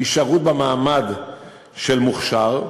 הישארו במעמד של מוכש"ר,